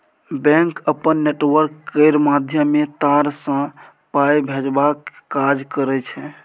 bank अपन network केर माध्यमे तार सँ पाइ भेजबाक काज करय छै